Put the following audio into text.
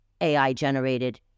AI-generated